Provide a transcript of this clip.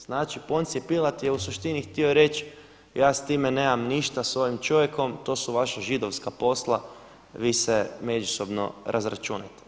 Znači Poncije Pilat je u suštini htio reći, ja s time nemam ništa s ovim čovjekom, to su vaša židovska posla, vi se međusobno razračunajte.